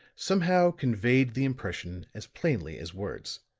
somehow conveyed the impression as plainly as words.